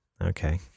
okay